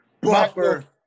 Buffer